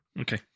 okay